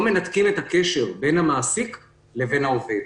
מנתקים את הקשר בין המעסיק לבין העובד.